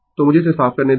तो मुझे इसे साफ करने दें